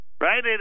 right